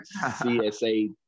CSA